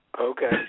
Okay